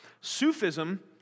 Sufism